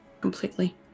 Completely